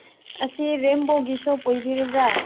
ꯑꯁꯤ ꯔꯦꯝꯕꯣꯒꯤ ꯁꯣꯞ ꯑꯣꯏꯕꯤꯔꯕ꯭ꯔꯥ